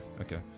okay